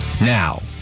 now